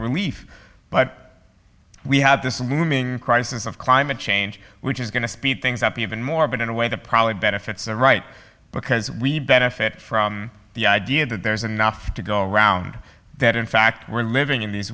relief but we have this looming crisis of climate change which is going to speed things up even more but in a way the probably benefits are right because we benefit from the idea that there's enough to go around that in fact we're living in th